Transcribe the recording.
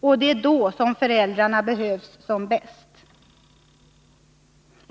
Och det är då som föräldrarna behövs som bäst.